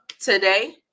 today